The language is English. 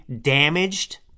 damaged